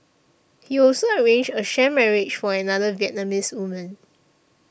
he also arranged a sham marriage for another Vietnamese woman